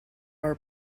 are